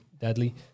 deadly